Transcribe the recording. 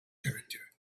character